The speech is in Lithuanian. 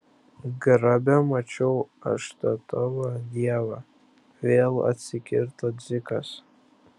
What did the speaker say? grabe mačiau aš tą tavo dievą vėl atsikirto dzikas